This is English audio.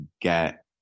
get